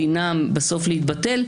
דינם בסוף להתבטל,